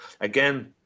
Again